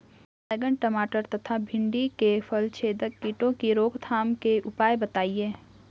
बैंगन टमाटर तथा भिन्डी में फलछेदक कीटों की रोकथाम के उपाय बताइए?